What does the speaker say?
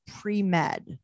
pre-med